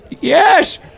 Yes